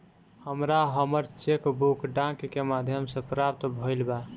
हमरा हमर cheque book डाक के माध्यम से प्राप्त भईल बा